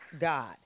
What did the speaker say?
God